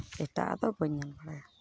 ᱮᱴᱟᱜᱼᱟᱜ ᱫᱚ ᱵᱟᱹᱧ ᱧᱮᱞ ᱵᱟᱲᱟᱭᱟ